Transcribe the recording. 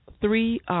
three